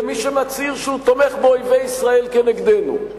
למי שמצהיר שהוא תומך באויבי ישראל כנגדנו?